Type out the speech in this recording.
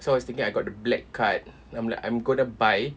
so I was thinking I got the black card then I'm like I'm going to buy